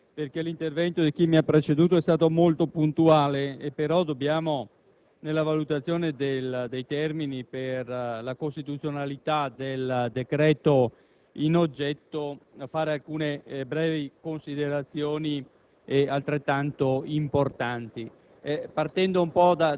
effettuerò solo alcune precisazioni, perché l'intervento di chi mi ha preceduto è stato molto puntuale. Tuttavia, nella valutazione dei termini per la costituzionalità del decreto in oggetto dobbiamo svolgere alcune brevi considerazioni